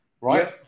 right